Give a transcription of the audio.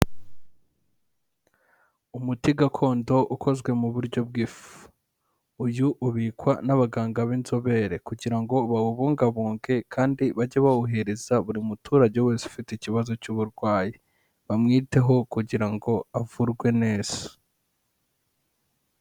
Umuti gakondo ukozwe mu buryo bw'ifu. Uyu ubikwa n'abaganga b'inzobere, kugira ngo bawubungabunge kandi bajye bawuhereza buri muturage wese ufite ikibazo cy'uburwayi. Bamwiteho kugira ngo avurwe neza.